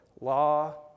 law